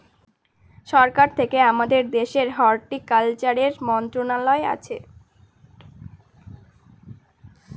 সরকার থেকে আমাদের দেশের হর্টিকালচারের মন্ত্রণালয় আছে